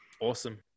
Awesome